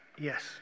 Yes